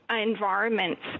environments